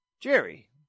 Jerry